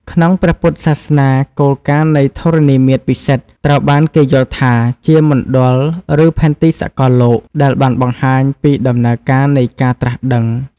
ក្នុងព្រះពុទ្ធសាសនា គោលការណ៍នៃធរណីមាត្រពិសិដ្ឋត្រូវបានគេយល់ថាជាមណ្ឌល ឬផែនទីសកលលោកដែលបានបង្ហាញពីដំណើរការនៃការត្រាស់ដឹង។